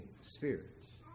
spirits